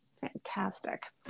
Fantastic